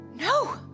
no